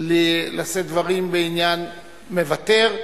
לשאת דברים בעניין, מוותר?